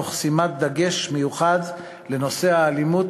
תוך שימת דגש מיוחד בנושא האלימות.